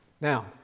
Now